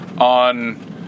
on